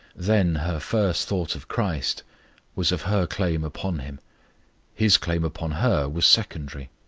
then her first thought of christ was of her claim upon him his claim upon her was secondary.